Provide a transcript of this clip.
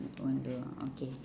don't do ah okay